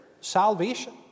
salvation